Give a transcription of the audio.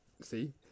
See